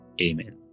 Amen